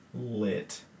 lit